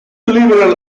liberal